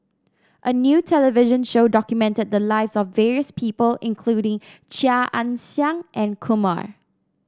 a new television show documented the lives of various people including Chia Ann Siang and Kumar